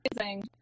amazing